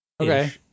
Okay